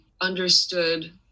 understood